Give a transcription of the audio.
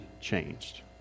changed